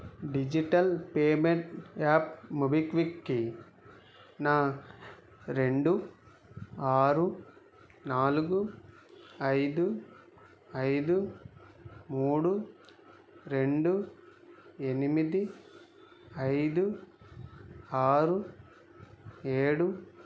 digital payment app మోబిక్విక్కి నా రెండు ఆరు నాలుగు ఐదు ఐదు మూడు రెండు ఎనిమిది ఐదు ఆరు ఏడు